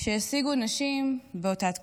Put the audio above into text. שהשיגו נשים באותה תקופה.